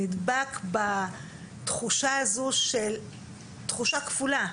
נדבק בתחושה הזו של תחושה כפולה,